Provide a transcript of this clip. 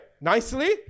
Nicely